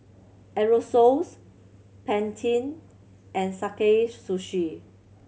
Aerosoles Pantene and Sakae Sushi